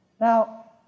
Now